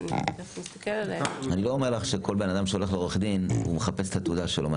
אני לא אומר לך שכל בן אדם שהולך לעורך דין מחפש את התעודה שלו,